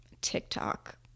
TikTok